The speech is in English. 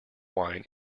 wine